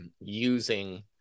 using